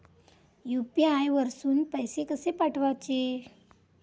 UPI वरसून पैसे कसे पाठवचे?